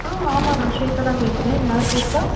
ஆ ஆமாம் நான் சுவேதா தான் பேசுகிறேன் யார் பேசுறா